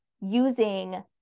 using